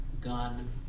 gun